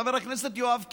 חבר הכנסת יואב קיש,